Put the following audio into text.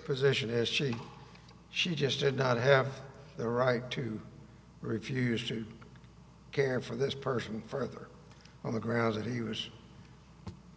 position as she she just did not have the right to refuse to care for this person further on the grounds that he was